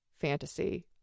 fantasy